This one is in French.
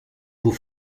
vous